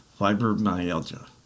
fibromyalgia